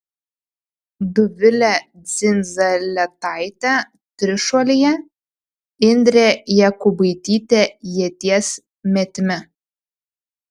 dovilė dzindzaletaitė trišuolyje indrė jakubaitytė ieties metime